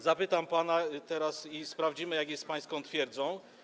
Zapytam pana teraz i sprawdzimy, jak jest z pańską twierdzą.